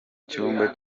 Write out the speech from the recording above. cyumba